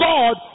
God